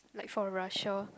like for Russia